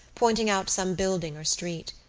pointing out some building or street.